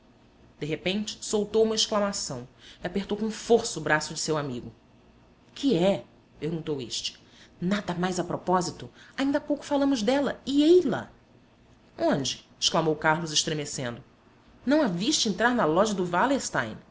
de repente soltou uma exclamação e apertou com força o braço de seu amigo o que é perguntou este nada mais a propósito ainda há pouco falamos dela e ei-la onde exclamou carlos estremecendo não a viste entrar na loja do